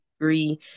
agree